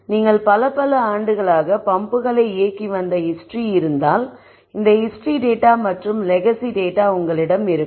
நீங்கள் பல பல ஆண்டுகளாக பம்ப்புகளை இயக்கி வந்த ஹிஸ்டரி இருந்தால் அந்த ஹிஸ்டரி டேட்டா மற்றும் லெகசி டேட்டா உங்களிடம் இருக்கும்